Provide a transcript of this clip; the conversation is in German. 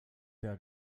der